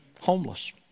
homeless